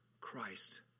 Christ